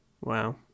Wow